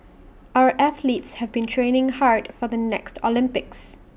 our athletes have been training hard for the next Olympics